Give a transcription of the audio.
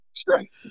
straight